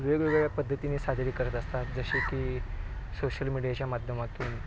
वेगवेगळ्या पद्धतीने साजरी करत असतात जसे की सोशल मीडियाच्या माध्यमातून